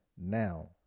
Now